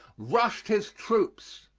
rushed his troops.